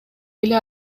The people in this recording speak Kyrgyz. эле